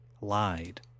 lied